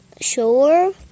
sure